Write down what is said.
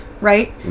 right